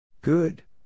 Good